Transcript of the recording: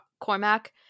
cormac